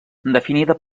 definida